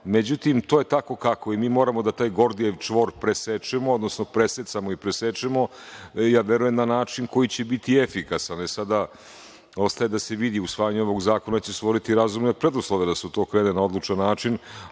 tipova.Međutim, to je tako kako, i mi moramo da taj gordijev čvor presečemo, odnosno presecamo i presečemo, i ja verujem na način koji će biti efikasan. Sada, ostaje da se vidi, usvajanje ovog zakona će stvoriti razumne preduslove, da se to krene na odlučan način,